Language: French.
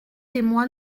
émoi